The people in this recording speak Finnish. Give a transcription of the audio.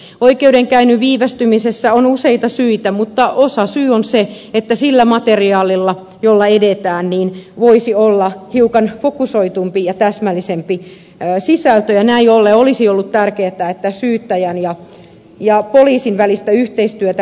oikeudenkäyntien viivästymiseen on useita syitä mutta osasyy on se että sillä materiaalilla jolla edetään voisi olla hiukan fokusoidumpi ja täsmällisempi sisältö ja näin ollen olisi ollut tärkeätä että syyttäjän ja poliisin välistä yhteistyötä olisi lisätty